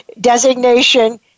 designation